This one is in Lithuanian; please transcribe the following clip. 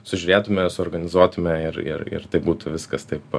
sužiūrėtume suorganizuotume ir ir ir tai būtų viskas taip